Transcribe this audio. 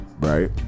right